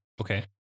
Okay